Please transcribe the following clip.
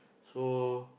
so